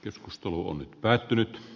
keskustelu on päättynyt